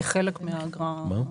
כחלק מהאגרה הכוללת.